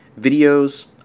videos